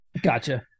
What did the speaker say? Gotcha